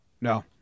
no